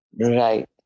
Right